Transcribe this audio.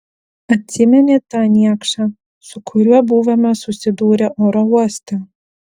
atsimeni tą niekšą su kuriuo buvome susidūrę oro uoste